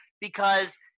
because-